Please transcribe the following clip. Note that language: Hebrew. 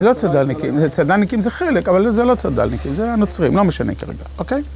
זה לא הצדלניקים, צדלניקים זה חלק, אבל זה לא צדלניקים, זה הנוצרים, לא משנה כרגע, אוקיי?